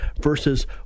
versus